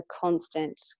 constant